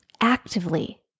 actively